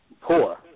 poor